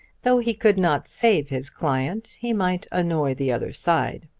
though he could not save his client he might annoy the other side.